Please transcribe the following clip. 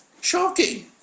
shocking